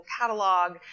catalog